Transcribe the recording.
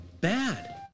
bad